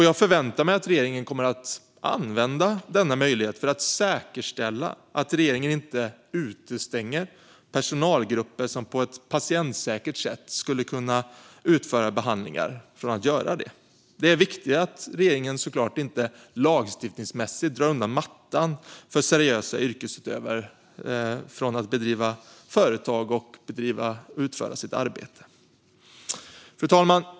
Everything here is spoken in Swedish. Jag förväntar mig att regeringen kommer att använda denna möjlighet för att säkerställa att man inte utestänger personalgrupper som på ett patientsäkert sätt kan utföra behandlingar från att göra det. Det är viktigt att regeringen inte lagstiftningsmässigt drar undan mattan för seriösa yrkesutövare att bedriva företag och utföra arbete. Fru talman!